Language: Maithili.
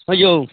हँ यौ